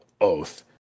oath